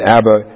Abba